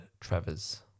Travers